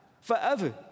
forever